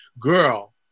Girl